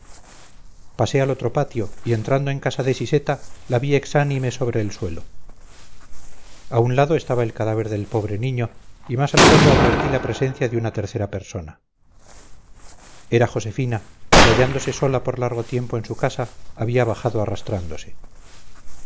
pasé al otro patio y entrando en casa de siseta la vi exánime sobre el suelo a un lado estaba el cadáver del pobre niño y más al fondo advertí la presencia de una tercera persona era josefina que hallándose sola por largo tiempo en su casa había bajado arrastrándose